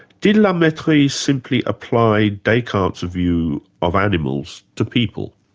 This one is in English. did la mettrie simply apply descartes' view of animals to people?